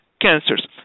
cancers